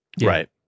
Right